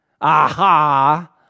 Aha